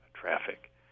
traffic